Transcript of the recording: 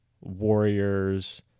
warriors